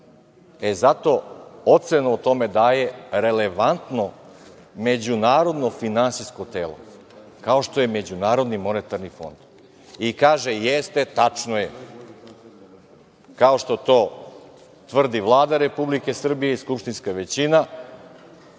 Zato ocenu o tome daje relevantno međunarodno finansijsko telo, kao što je MMF. Kaže, jeste, tačno je, kao što to tvrdi Vlada Republike Srbije i skupštinska većina,